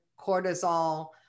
cortisol